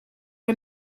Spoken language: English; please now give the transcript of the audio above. are